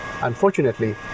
Unfortunately